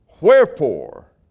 wherefore